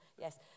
Yes